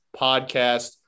podcast